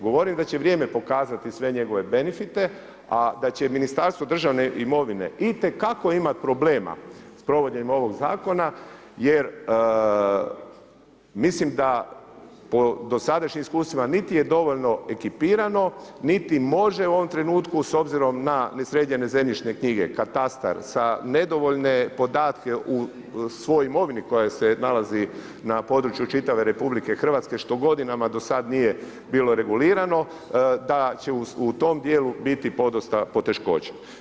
Govorim da će vrijeme pokazati sve njegove benefite, a da će Ministarstvo državne imovine itekako imat problema s provođenjem ovog zakona jer mislim da po dosadašnjim iskustvima niti je dovoljno ekipirano, niti može u ovom trenutku s obzirom na nesređene zemljišne knjige, katastar, sa nedovoljne podatke u svoj imovini koja se nalazi na području čitave RH, što godinama do sad nije bilo regulirano, da će u tom djelu biti podosta poteškoća.